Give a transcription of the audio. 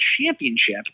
championship